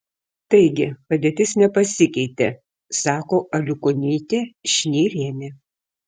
taigi padėtis nepasikeitė sako aliukonytė šnirienė